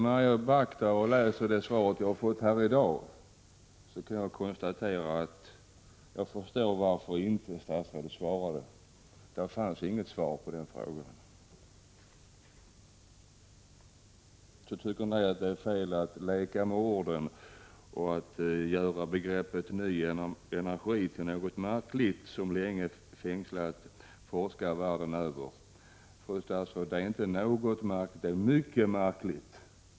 När jag läser det svar jag har fått i dag, kan jag förstå varför statsrådet inte svarade: Det finns inget svar på den frågan. Statsrådet tycker att det är fel att leka med orden och göra begreppet ”ny energi” till något märkligt som länge fängslat forskare världen över. Men, fru statsråd, det är inte något märkligt, det är mycket märkligt.